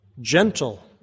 gentle